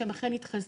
שהם אכן התחסנו,